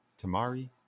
Tamari